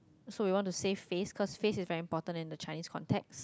so we want to save face cause face is very important in the Chinese context